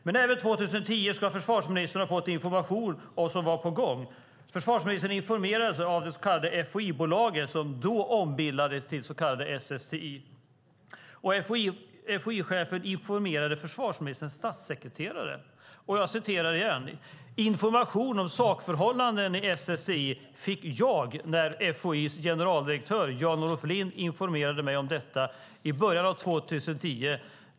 Även år 2010 ska försvarsministern ha fått information om vad som var på gång. Försvarsministern informerades om det så kallade FOI-bolaget som då ombildades till SSTI. FOI-chefen informerade försvarsministerns statssekreterare. I ett mejl till Svenska Dagbladet skriver statssekreteraren: Information om sakförhållanden i SSTI fick jag när FOI:s generaldirektör Jan-Olof Lind informerade mig om detta i början av 2010.